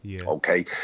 Okay